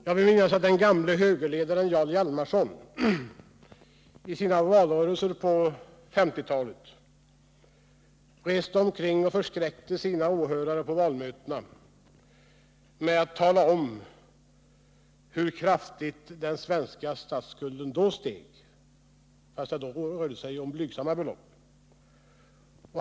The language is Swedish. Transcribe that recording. Jag vill minnas att den gamle högerledaren Jarl Hjalmarson i valrörelserna på 1950-talet reste omkring och förskräckte sina åhörare på valmötena med att tala om hur kraftigt den svenska statsskulden då steg, trots att det vid den tiden rörde sig om ganska blygsamma belopp.